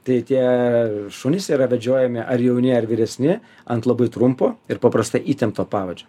tai tie šunys yra vedžiojami ar jauni ar vyresni ant labai trumpo ir paprastai įtempto pavadžio